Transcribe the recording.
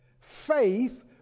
Faith